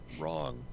wrong